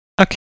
Okay